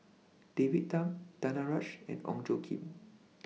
David Tham Danaraj and Ong Tjoe Kim